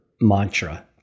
mantra